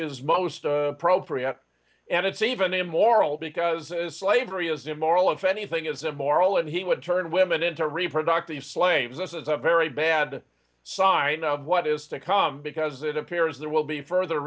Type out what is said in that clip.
is most appropriate and it's even immoral because as slavery is immoral if anything is immoral and he would turn women into reproductive slaves this is a very bad sign of what is to come because it appears there will be further